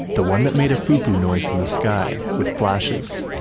the one that made a fou-fou noise in the sky, with flashes.